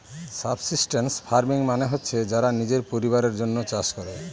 subsistence farming মানে হচ্ছে যারা নিজের পরিবারের জন্য চাষ করে